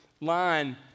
line